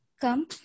come